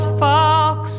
fox